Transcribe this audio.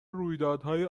رویدادهای